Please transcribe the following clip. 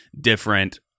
different